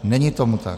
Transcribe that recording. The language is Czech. Není tomu tak.